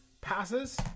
passes